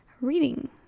reading